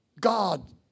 God